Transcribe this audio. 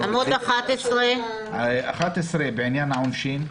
עמוד 11. עמוד 11 בעניין העונשין,